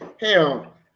hell